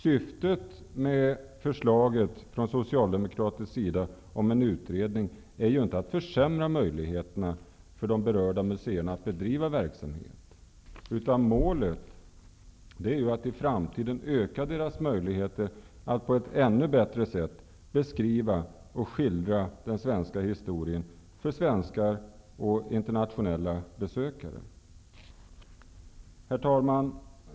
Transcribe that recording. Syftet med förslaget från socialdemokratisk sida om en utredning är ju inte att försämra möjligheterna för de berörda museerna att bedriva verksamhet, utan målet är att i framtiden öka deras möjligheter att på ett ännu bättre sätt beskriva och skildra den svenska historien för svenska och internationella besökare. Herr talman!